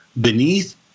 beneath